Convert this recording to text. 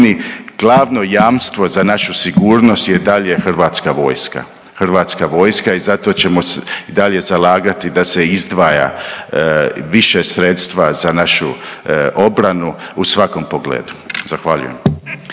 Glavno jamstvo za našu sigurnost je dalje hrvatska vojska, hrvatska vojska i zato ćemo se i dalje zalagati da se izdvaja više sredstva za našu obranu u svakom pogledu. Zahvaljujem.